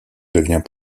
devient